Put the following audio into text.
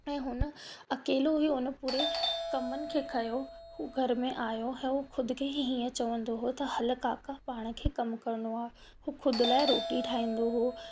ऐं हुन अकेलो ई उन पूरे कमनि खे कयो हू घर में आयो हो खुदि खे ई हीअं चवंदो हो की हल काका पाण खे कमु करिणो आहे हूं खुदि लाइ रोटी ठाहींदो हो